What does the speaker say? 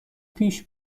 پیش